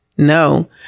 No